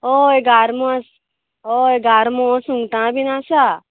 होय गालमो आस् होय गालमो सुंगटा बीन आसा